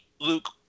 Luke